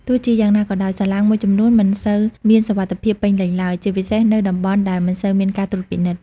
ទោះជាយ៉ាងណាក៏ដោយ សាឡាងមួយចំនួនមិនសូវមានសុវត្ថិភាពពេញលេញឡើយ ជាពិសេសនៅតំបន់ដែលមិនសូវមានការត្រួតពិនិត្យ។